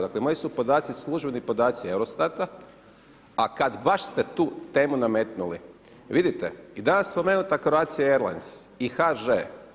Dakle moji su podaci službeni podaci EUROSTAT-a a kad baš ste tu temu nametnuli, vidite, i danas je spomenuta Croatia Airlines i HŽ.